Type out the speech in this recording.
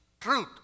truth